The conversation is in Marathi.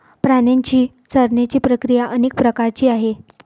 प्राण्यांची चरण्याची प्रक्रिया अनेक प्रकारची आहे